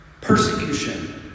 Persecution